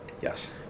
Yes